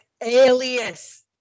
Alias